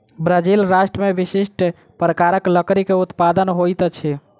Brazil राष्ट्र में विशिष्ठ प्रकारक लकड़ी के उत्पादन होइत अछि